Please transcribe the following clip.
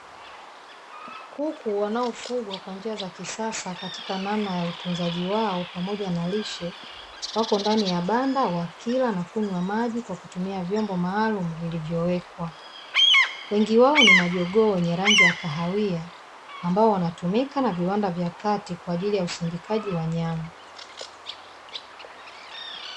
Kuku wanaofugwa kwa njia za kisasa katika namna ya utunzaji wao pamoja na lishe, wapo ndani ya banda, wakila na kunywa maji kwa kutumia vyombo maalumu vilivyowekwa. Wengi wao ni majogoo wenye rangi ya kahawia ambao wanatumika na viwanda vya kati kwa ajili ya usindikaji wa nyama.